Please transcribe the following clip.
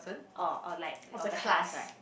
or or like of the class right